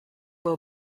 will